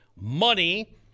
money